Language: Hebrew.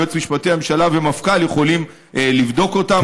יועץ משפטי לממשלה ומפכ"ל יכולים לבדוק אותן,